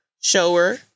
shower